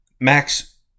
Max